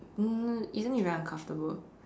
um isn't it very uncomfortable